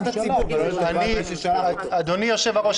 הציבור ולא לטובת --- אדוני יושב-הראש,